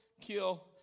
kill